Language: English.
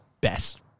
best